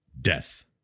death